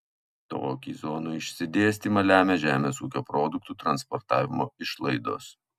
tokį zonų išsidėstymą lemia žemės ūkio produktų transportavimo išlaidos